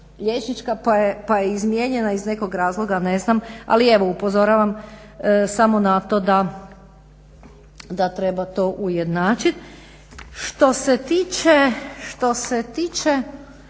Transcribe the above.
liječnička pa je izmijenjena iz nekog razloga ne znam. Ali evo upozoravam samo na to da treba to ujednačiti. Što se tiče